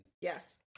Yes